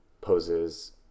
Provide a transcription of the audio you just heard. poses